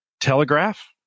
Telegraph